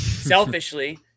selfishly